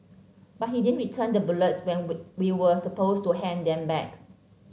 but he didn't return the bullets we we were supposed to hand them back